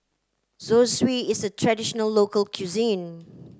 Zosui is a traditional local cuisine